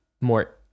more